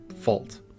fault